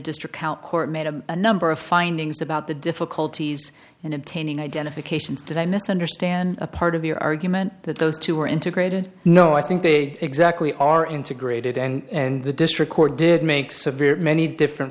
district court made a number of findings about the difficulties in obtaining identifications did i misunderstand a part of your argument that those two were integrated no i think they exactly are integrated and the district court did makes a very many different